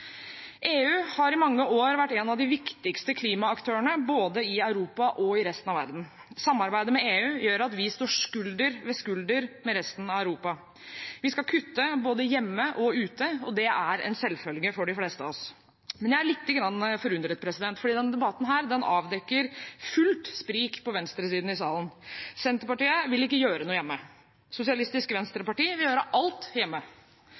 EU har i mange år vært en av de viktigste klimaaktørene både i Europa og i resten av verden. Samarbeidet med EU gjør at vi står skulder ved skulder med resten av Europa. Vi skal kutte både hjemme og ute, og det er en selvfølge for de fleste av oss. Men jeg er lite grann forundret, for denne debatten avdekker fullt sprik på venstresiden i salen. Senterpartiet vil ikke gjøre noe hjemme, Sosialistisk Venstreparti vil gjøre alt hjemme.